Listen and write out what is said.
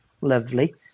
Lovely